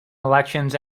elections